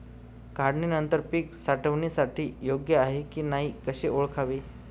काढणी नंतर पीक साठवणीसाठी योग्य आहे की नाही कसे ओळखावे?